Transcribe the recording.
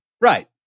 right